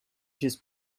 just